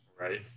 right